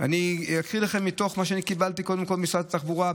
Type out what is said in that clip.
אני אקריא לכם קודם כול מתוך מה שאני קיבלתי ממשרד התחבורה,